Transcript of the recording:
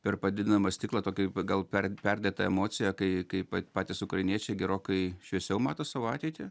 per padidinamą stiklą tokį gal per perdėtą emociją kai kai patys ukrainiečiai gerokai šviesiau mato savo ateitį